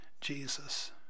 Jesus